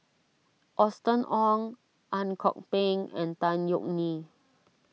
Austen Ong Ang Kok Peng and Tan Yeok Nee